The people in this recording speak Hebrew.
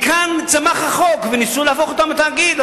מכאן צמח החוק וניסו להפוך אותם לתאגיד,